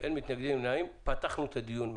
אין נמנעים, פתחנו את הדיון מחדש.